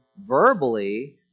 verbally